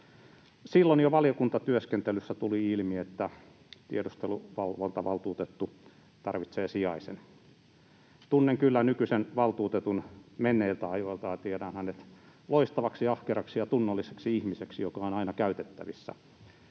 Silloin jo valiokuntatyöskentelyssä tuli ilmi, että tiedusteluvalvontavaltuutettu tarvitsee sijaisen. Tunnen kyllä nykyisen valtuutetun menneiltä ajoilta, ja tiedän hänet loistavaksi, ahkeraksi ja tunnolliseksi ihmiseksi, joka on aina käytettävissä,